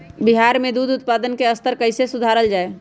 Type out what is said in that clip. बिहार में दूध उत्पादन के स्तर कइसे सुधारल जाय